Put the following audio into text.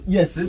Yes